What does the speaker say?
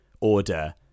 order